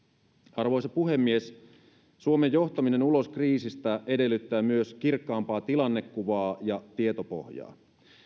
arvoisa puhemies suomen johtaminen ulos kriisistä edellyttää myös kirkkaampaa tilannekuvaa ja tietopohjaa